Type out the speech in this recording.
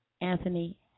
Anthony